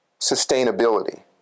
sustainability